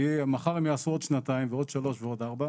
כי מחר הם יעשו עוד שנתיים ועוד שלוש ועוד ארבע.